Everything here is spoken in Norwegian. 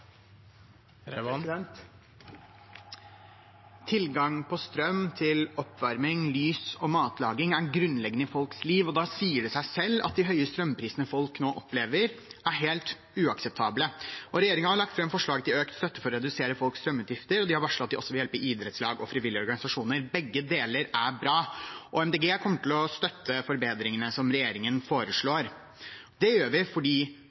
Tilgang på strøm til oppvarming, lys og matlaging er grunnleggende i folks liv. Da sier det seg selv at de høye strømprisene folk nå opplever, er helt uakseptable. Regjeringen har lagt fram forslag til økt støtte for å redusere folks strømutgifter. De har varslet at de også vil hjelpe idrettslag og frivillige organisasjoner. Begge deler er bra, og Miljøpartiet De Grønne kommer til å støtte forbedringene som regjeringen foreslår. Det gjør vi fordi